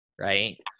right